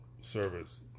service